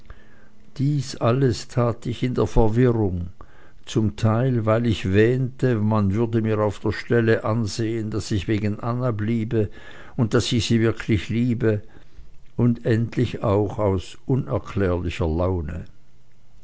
dies alles tat ich in der verwirrung zum teil weil ich wähnte man würde mir auf der stelle ansehen daß ich wegen anna bliebe und daß ich sie wirklich liebe und endlich auch aus unerklärlicher laune